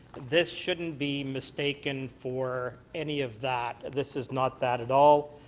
this shouldn't be mistaken for any of that. this is not that at all.